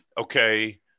okay